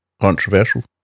Controversial